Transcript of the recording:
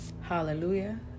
hallelujah